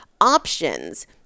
options